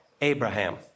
Abraham